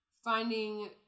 finding